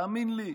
תאמין לי,